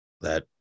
that-